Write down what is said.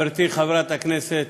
חברתי חברת הכנסת